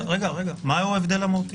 מהו ההבדל המהותי?